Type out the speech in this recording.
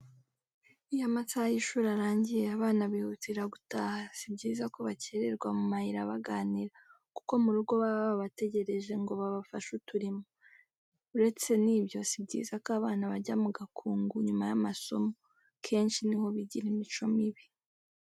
Iyo amasaha y'ishuri arangiye abana bihutira gutaha si byiza ko bakererwa mu mayira baganira kuko mu rugo baba babategereje ngo babafashe uturimo, uretse nibyo si byiza ko abana bajya mu gakungu nyuma y'amasomo kenshi niho bigira imico mibi.